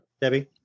Debbie